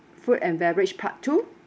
food and beverage part two